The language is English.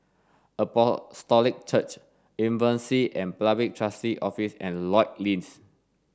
Apostolic Church Insolvency and Public Trustee's Office and Lloyds Inn